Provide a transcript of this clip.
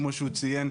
כפי שהוא ציין,